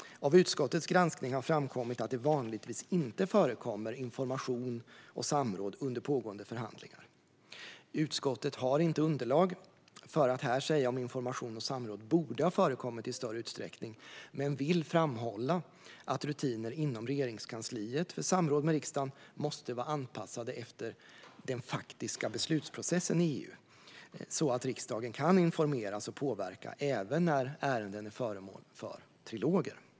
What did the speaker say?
Av utskottets granskning har det framkommit att det vanligtvis inte förkommer information och samråd under pågående förhandlingar. Utskottet har inte underlag för att här säga om information och samråd borde ha förekommit i större utsträckning men vill framhålla att rutiner inom Regeringskansliet för samråd med riksdagen måste vara anpassade efter den faktiska beslutsprocessen i EU, så att riksdagen kan informeras och påverka även när ärenden är föremål för triloger.